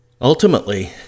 Ultimately